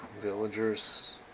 villagers